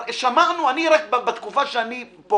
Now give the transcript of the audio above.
רק בתקופה שאני פה